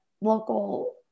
local